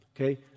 Okay